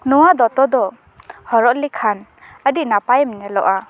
ᱱᱚᱣᱟ ᱫᱚᱛᱚ ᱫᱚ ᱦᱚᱨᱚᱜ ᱞᱮᱠᱷᱟᱱ ᱟᱹᱰᱤ ᱱᱟᱯᱟᱭ ᱮᱢ ᱧᱮᱞᱚᱜᱼᱟ